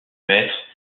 maîtres